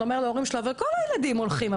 אומר להורים שלו אבל כל הילדים הולכים,